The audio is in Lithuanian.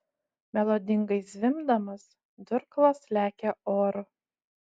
melodingai zvimbdamas durklas lekia oru